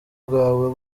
bwawe